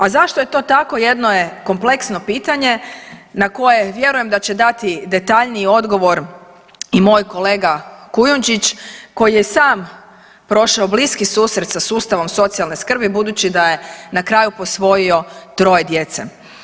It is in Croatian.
A zašto je to tako jedno je kompleksno pitanje na koje vjerujem da će dati detaljniji odgovor i moj kolega Kujundžić koji je i sam prošao bliski susret sa sustavom socijalne skrbi budući da je na kraju posvojio troje djece.